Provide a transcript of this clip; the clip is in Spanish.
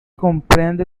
comprende